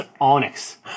onyx